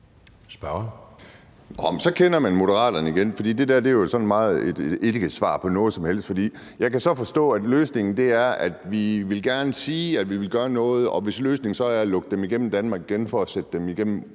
så kender man Moderaterne igen, for det der er jo ikke et svar på noget som helst. Jeg kan så forstå, at man gerne vil sige, at man vil gøre noget, og løsningen er så at lukke dem ind i Danmark igen for forhåbentlig at sende dem igennem